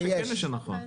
איתן,